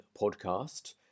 podcast